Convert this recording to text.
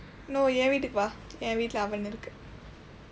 no என் வீட்டுக்கு வா என் வீட்டில:en viitdukku vaa en viitdila oven இருக்கு:irukku